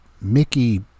Mickey